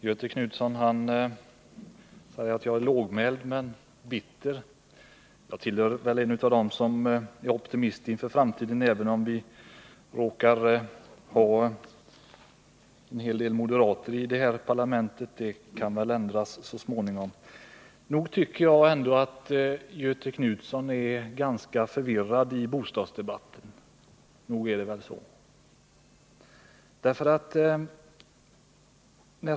Herr talman! Göthe Knutson säger att jag är lågmäld men bitter. Jag tillhör väl dem som är optimister inför framtiden, även om vi råkar ha en hel del moderater i det här parlamentet. Det kan väl ändras så småningom! Jag tycker ändå att Göthe Knutson är ganska förvirrad i bostadsdebatten. Nog är det väl så?